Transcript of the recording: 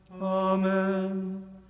Amen